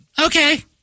Okay